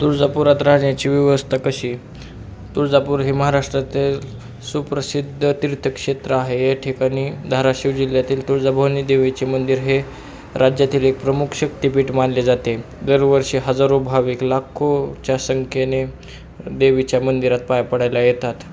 तुळजापूरात राहण्याची व्यवस्था कशी तुळजापूर हे महाराष्ट्रातील सुप्रसिद्ध तीर्थक्षेत्र आहे या ठिकाणी धाराशिव जिल्ह्यातील तुळजाभवानी देवीचे मंदिर हे राज्यातील एक प्रमुख शक्तिपीठ मानले जाते दरवर्षी हजारो भाविक लाखोच्या संख्येने देवीच्या मंदिरात पाया पडायला येतात